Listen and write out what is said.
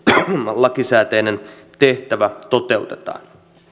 lakisääteinen tehtävä toteutetaan